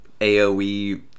aoe